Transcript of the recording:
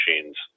machines